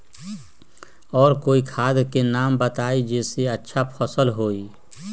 और कोइ खाद के नाम बताई जेसे अच्छा फसल होई?